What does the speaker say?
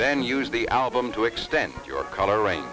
then use the album to extend your color r